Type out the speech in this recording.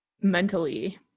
mentally